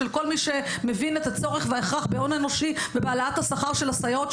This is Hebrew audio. של כל מי שמבין את הצורך וההכרח בהון אנושי ובהעלאת השכר של הסייעות,